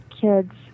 kids